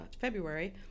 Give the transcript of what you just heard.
February